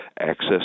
access